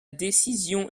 décision